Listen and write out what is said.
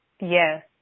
Yes